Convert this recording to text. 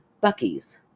Bucky's